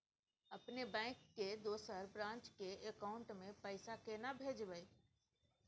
अपने बैंक के दोसर ब्रांच के अकाउंट म पैसा केना भेजबै?